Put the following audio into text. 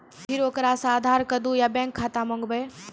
फिर ओकरा से आधार कद्दू या बैंक खाता माँगबै?